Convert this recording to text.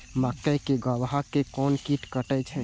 मक्के के गाभा के कोन कीट कटे छे?